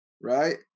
right